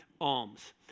Alms